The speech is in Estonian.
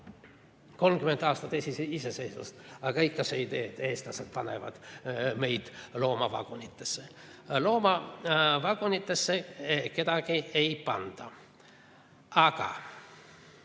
30 aastat iseseisvust, aga ikka on see idee, et eestlased panevad meid loomavagunitesse. Loomavagunitesse kedagi ei panda. Aga